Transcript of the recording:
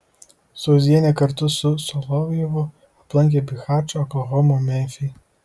zuozienė kartu su solovjovu aplankė bihačą oklahomą memfį